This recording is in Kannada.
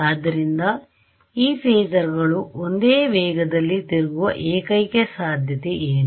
ಆದ್ದರಿಂದ ಈ ಫೇಸರ್ಗಳು ಒಂದೇ ವೇಗದಲ್ಲಿ ತಿರುಗುವ ಏಕೈಕ ಸಾಧ್ಯತೆ ಏನು